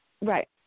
Right